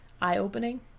eye-opening